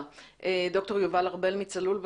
דוקטור יובל ארבל, צלול.